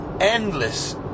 endless